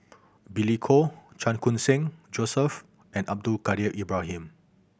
Billy Koh Chan Khun Sing Joseph and Abdul Kadir Ibrahim